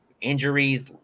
injuries